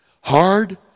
Hard